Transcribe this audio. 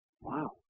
Wow